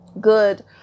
good